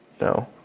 No